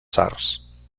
sards